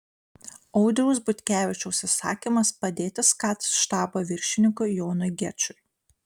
audriaus butkevičiaus įsakymas padėti skat štabo viršininkui jonui gečui